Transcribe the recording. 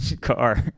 car